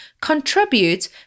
contribute